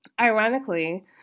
Ironically